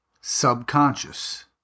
Subconscious